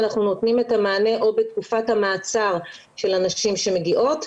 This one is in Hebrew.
אנחנו נותנים את המענה או בתקופת המעצר של הנשים שמגיעות,